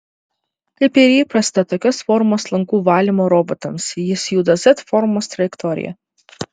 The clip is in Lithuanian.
kaip ir įprasta tokios formos langų valymo robotams jis juda z formos trajektorija